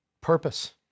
Purpose